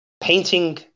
Painting